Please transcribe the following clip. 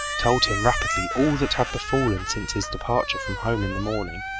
told him rapidly all that had befallen since his departure from home in the morning.